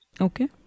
Okay